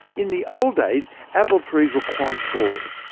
in the old days, apple trees were quite tall,